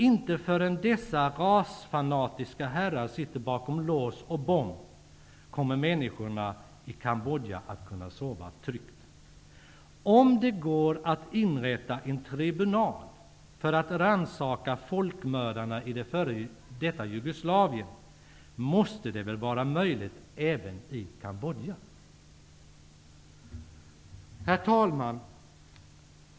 Inte förrän dessa rasfanatiska herrar sitter bakom lås och bom kommer människorna i Kambodja att kunna sova tryggt. Om det går att inrätta en tribunal för att rannsaka folkmördarna i det f.d. Jugoslavien, måste det väl vara möjligt även i Kambodja? Herr talman!